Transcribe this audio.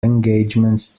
engagements